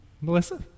Melissa